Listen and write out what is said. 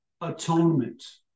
atonement